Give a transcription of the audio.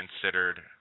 considered